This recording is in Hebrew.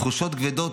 תחושות כבדות,